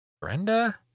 Brenda